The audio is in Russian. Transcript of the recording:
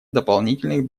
дополнительных